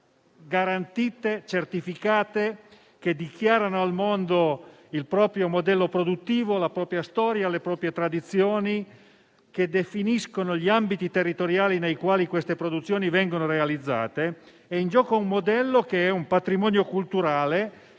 garantite e certificate che dichiarano al mondo il proprio modello produttivo, la propria storia, le proprie tradizioni, che definiscono gli ambiti territoriali nei quali queste produzioni vengono realizzate. È in gioco un modello che è un patrimonio culturale,